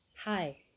Hi